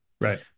Right